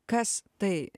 kas tai